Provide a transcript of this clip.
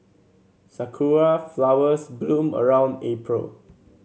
sakura flowers bloom around April